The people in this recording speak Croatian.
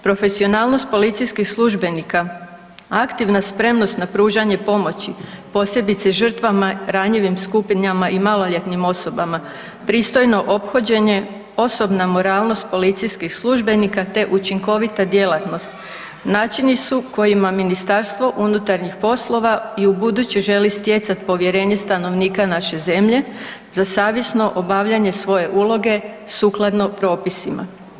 Profesionalnost policijskih službenika, aktivna spremnost na pružanje pomoći, posebice žrtvama, ranjivim skupinama i maloljetnim osobama, pristojno ophođenje, osobna moralnost policijskih službenika, te učinkovita djelatnost, načini su kojima MUP i ubuduće želi stjecat povjerenje stanovnika naše zemlje za savjesno obavljanje svoje uloge sukladno propisima.